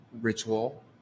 ritual